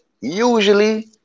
Usually